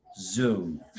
Zoom